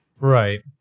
Right